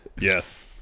Yes